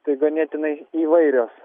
tai ganėtinai įvairios